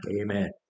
Amen